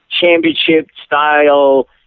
championship-style